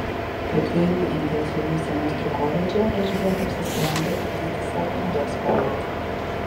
po dviejų intensyvių semestrų koledže elžbieta apsisprendė ugdyti savo mados pojūtį